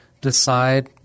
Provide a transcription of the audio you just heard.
decide